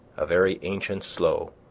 a very ancient slough,